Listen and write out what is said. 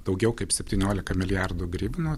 daugiau kaip septynioliką milijardų grivinų